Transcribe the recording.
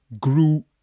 grew